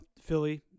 Philly